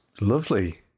lovely